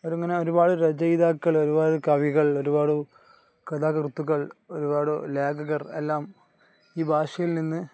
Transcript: അവരങ്ങനെ ഒരുപാടു രചയിതാക്കൾ ഒരുപാടു കവികൾ ഒരുപാടു കഥാകൃത്തുക്കൾ ഒരുപാടു ലേഖകർ എല്ലാം ഈ ഭാഷയിൽ നിന്ന്